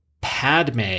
Padme